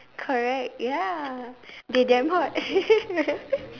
correct ya they damn hot